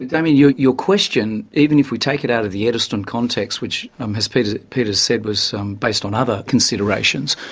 damien, your your question, even if we take it out of the edelsten context, which um as peter peter said was based on other considerations,